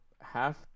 half